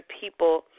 people